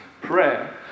prayer